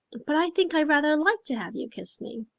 but i think i rather like to have you kiss me.